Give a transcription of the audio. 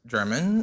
German